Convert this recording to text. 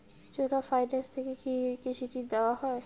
চোলা finance থেকে কি কৃষি ঋণ দেওয়া হয়?